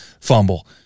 fumble